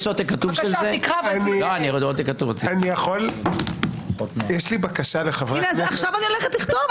הינה, עכשיו אני הולכת לכתוב.